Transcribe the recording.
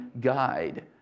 guide